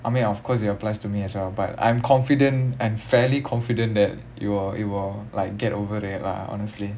I mean of course it applies to me as well but I'm confident and fairly confident that it will it will like get over it lah honestly